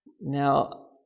Now